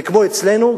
וכמו אצלנו,